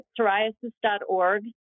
psoriasis.org